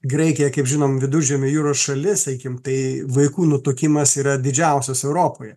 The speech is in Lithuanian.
graikija kaip žinom viduržemio jūros šalis sakykim tai vaikų nutukimas yra didžiausias europoje